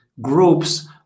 groups